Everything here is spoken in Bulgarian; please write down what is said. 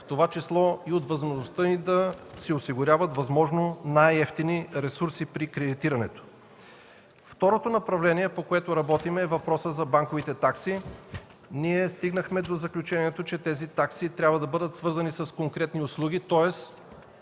в това число и от възможността им да си осигуряват възможно най-евтини ресурси при кредитирането. Второто направление, по което работим, е въпросът за банковите такси. Ние стигнахме до заключението, че тези такси трябва да бъдат свързани с конкретни услуги, тоест